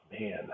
man